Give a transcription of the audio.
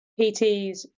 PTs